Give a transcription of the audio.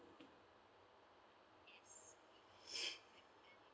yes sure